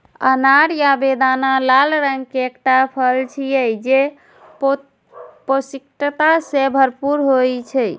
अनार या बेदाना लाल रंग के एकटा फल छियै, जे पौष्टिकता सं भरपूर होइ छै